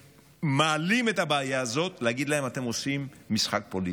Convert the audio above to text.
שמעלים את הבעיה הזאת: אתם עושים משחק פוליטי.